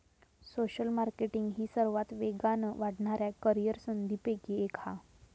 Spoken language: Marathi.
सोशल मार्केटींग ही सर्वात वेगान वाढणाऱ्या करीअर संधींपैकी एक हा